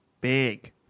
big